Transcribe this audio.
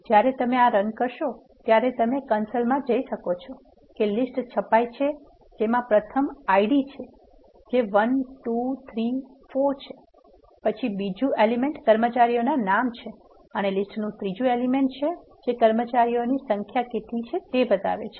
જ્યારે તમે આ રન કરશો ત્યારે તમે કન્સોલમાં જોઈ શકો છો કે લીસ્ટ છપાઈ છે જેમાં પ્રથમ ID છે જે 1 2 3 4 છે પછી બીજું એલિમેન્ટ કર્મચારીઓનાં નામ છે અને લીસ્ટનું ત્રીજું એલિમેન્ટ છે જે કર્મચારીઓની સંખ્યા કેટલી છે તે બતાવે છે